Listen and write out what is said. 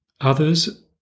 others